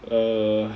err